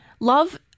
love